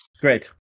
Great